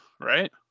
right